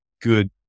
good